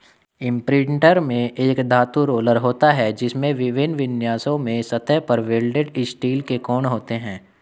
imprinter में एक धातु रोलर होता है, जिसमें विभिन्न विन्यासों में सतह पर वेल्डेड स्टील के कोण होते हैं